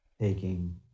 taking